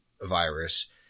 virus